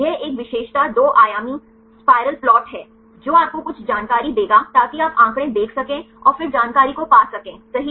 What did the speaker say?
यह एक विशेषता दो आयामी सर्पिल प्लॉट प्लॉट है जो आपको कुछ जानकारी देगा ताकि आप आंकड़े देख सकें और फिर जानकारी को पा सकें सही